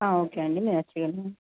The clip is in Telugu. ఓకే అండి మీరు వచ్చేయండి